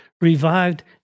revived